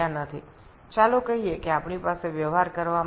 আসুন আমরা বলতে পারি যে আমাদের সাথে y পরিমাণ O2 আছে